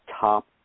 top